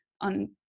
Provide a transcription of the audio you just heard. on